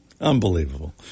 Unbelievable